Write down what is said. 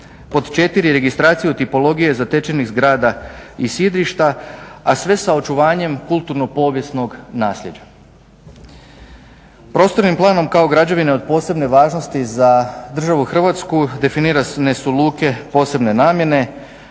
pod 4 registraciju tipologije zatečenih zgrada i sidrišta, a sve sa očuvanjem kulturno-povijesnog nasljeđa. Prostornim planom kao građevine od posebne važnosti za državu Hrvatsku definirane su luke posebne namjene,